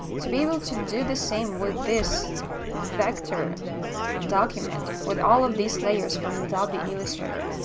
to be able to do the same with this vector document, with all of these layers from adobe illustrator,